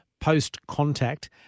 post-contact